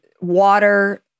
water